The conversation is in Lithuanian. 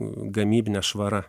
gamybine švara